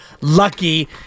lucky